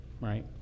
right